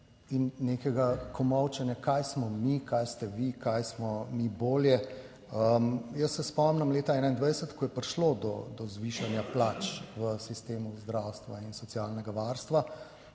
in nekega komolčenja, kaj smo mi, kaj ste vi, kaj smo mi bolje. Jaz se spomnim leta 2021, ko je prišlo do zvišanja plač v sistemu zdravstva in socialnega varstva